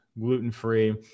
gluten-free